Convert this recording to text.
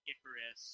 Icarus